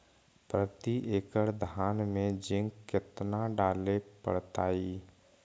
प्रती एकड़ धान मे जिंक कतना डाले पड़ताई?